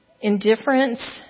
indifference